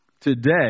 today